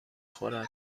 خورد